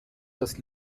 das